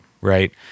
right